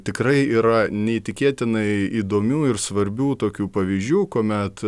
tikrai yra neįtikėtinai įdomių ir svarbių tokių pavyzdžių kuomet